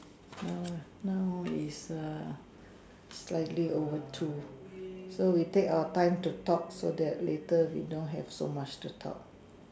now now is err slightly over two so we take our time to talk so that later we don't have so much to talk